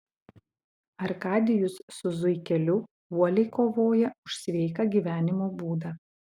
arkadijus su zuikeliu uoliai kovoja už sveiką gyvenimo būdą